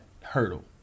hurdle